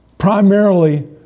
primarily